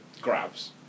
grabs